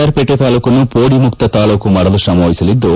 R Pete ತಾಲ್ಡೂಕನ್ನು ಪೋಡಿ ಮುಕ್ತ ತಾಲ್ಡೂಕು ಮಾಡಲು ಶ್ರಮವಹಿಸಲಿದ್ದು